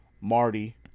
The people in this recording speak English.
Marty